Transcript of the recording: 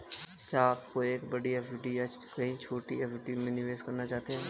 क्या आपको एक बड़ी एफ.डी या कई छोटी एफ.डी में निवेश करना चाहिए?